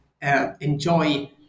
Enjoy